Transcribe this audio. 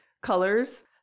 colors